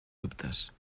dubtes